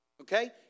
Okay